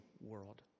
world